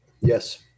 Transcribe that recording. yes